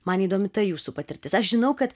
man įdomi ta jūsų patirtis aš žinau kad